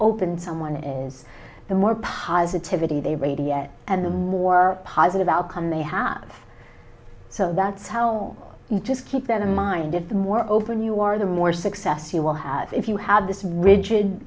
open someone is the more positivity they radiate and the more positive outcome they have so that's how you just keep that in mind if the more open you are the more success you will have if you had this ri